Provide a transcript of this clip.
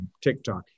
TikTok